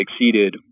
exceeded